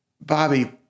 Bobby